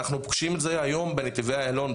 אנחנו פוגשים את זה היום בנתיבי איילון,